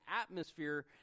atmosphere